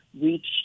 reach